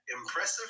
impressive